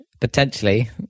potentially